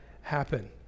happen